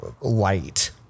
light